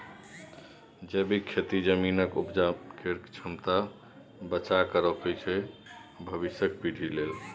जैबिक खेती जमीनक उपजाबै केर क्षमता बचा कए राखय छै भबिसक पीढ़ी लेल